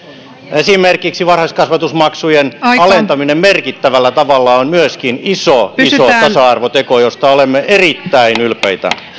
esimerkiksi varhaiskasvatusmaksujen alentaminen merkittävällä tavalla on myöskin iso tasa arvoteko josta olemme erittäin ylpeitä